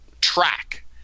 track